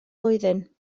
blwyddyn